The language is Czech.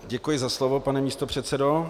Děkuji za slovo, pane místopředsedo.